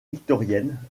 victorienne